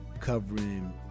covering